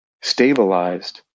stabilized